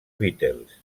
beatles